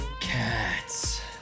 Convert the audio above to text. Cats